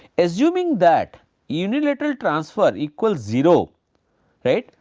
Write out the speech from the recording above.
assuming that unilateral transfer equals zero right,